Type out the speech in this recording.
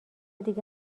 دیگه